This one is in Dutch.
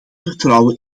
vertrouwen